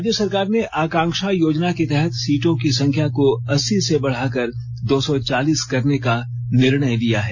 राज्य सरकार ने आकांक्षा योजना के तहत सीटों की संख्या को अस्सी से बढ़ाकर दो सौ चालीस करने का निर्णय लिया है